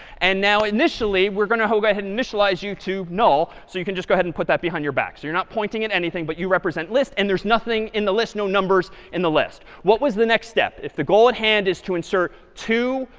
and now initially we're going to go ahead initialize you to null. so you can just go ahead and put that behind your back. so you're not pointing at anything. but you represent list. and there's nothing in the list, no numbers in the list. what was the next step? if the goal at hand is to insert two,